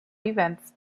events